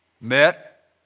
met